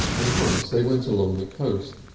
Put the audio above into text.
and once they went along the coast,